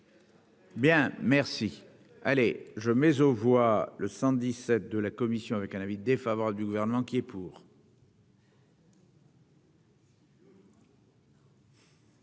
Bien, merci, allez je mais aux voix le 117 de la Commission, avec un avis défavorable du gouvernement qui est pour.